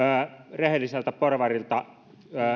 rehelliseltä porvarilta